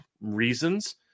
reasons